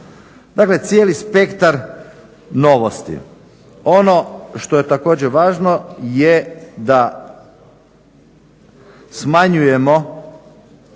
Dakle cijeli spektar novosti. Ono što je također važno je da smanjujemo